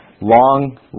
long